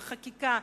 בחקיקה.